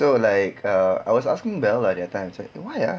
so like uh I was asking bell lah that time it's like why ah